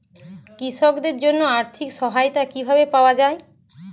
কৃষকদের জন্য আর্থিক সহায়তা কিভাবে পাওয়া য়ায়?